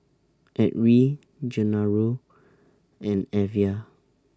Edrie Genaro and Evia